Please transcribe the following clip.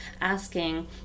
asking